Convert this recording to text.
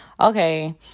okay